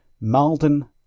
Malden